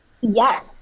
Yes